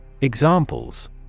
Examples